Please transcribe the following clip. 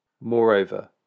Moreover